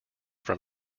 from